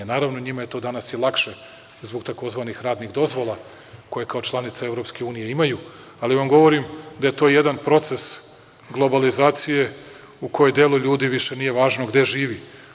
Naravno, njima je to danas i lakše zbog tzv. radnih dozvola, koje kao članica EU imaju, ali vam govorim da je to jedan proces globalizacije u kojoj delo ljudi više nije važno gde živi.